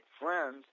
friends